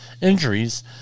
injuries